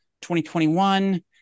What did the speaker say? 2021